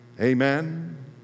Amen